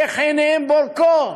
איך עיניהם בורקות,